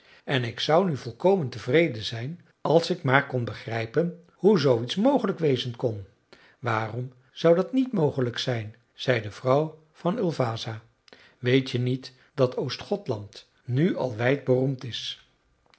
en ik zou nu volkomen tevreden zijn als ik maar kon begrijpen hoe zooiets mogelijk wezen kon waarom zou dat niet mogelijk zijn zei de vrouw van ulvasa weet je niet dat oostgothland nu al wijd beroemd is